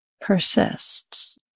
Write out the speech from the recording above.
persists